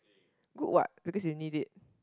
good what because you need it